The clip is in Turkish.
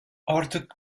artık